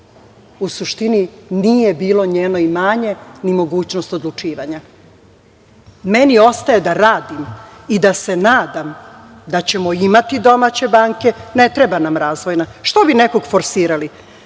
u suštini nije bilo njeno imanje ni mogućnost odlučivanja. Meni ostaje da radim i da se nadam da ćemo imati domaće banke, ne treba nam Razvojna, jer što bi nekog forsirali?